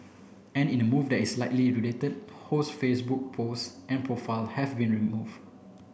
and in the move that is likely related Ho's Facebook post and profile have been remove